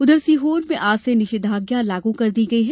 उधर सीहोर में आज से निषेधाज्ञा लागू कर दी गई है